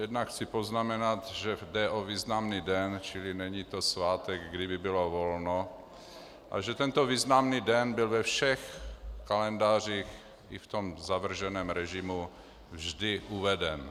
Jednak chci poznamenat, že jde o významný den, čili není to svátek, kdy by bylo volno, a že tento významný den byl ve všech kalendářích, i v tom zavrženém režimu, vždy uveden.